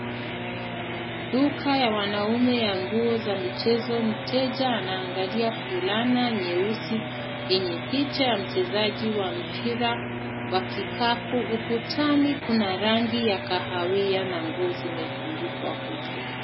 Duka ya wanaume ya nguo za michezo, mteja anaangalia fulana nyeusi yenye picha ya mchezaji wa mpira wa kikapu. Ukutani kuna rangi ya kahawia na nguo zimetundikwa huko.